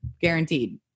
guaranteed